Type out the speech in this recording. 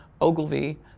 Ogilvy